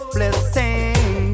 Blessing